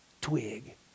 twig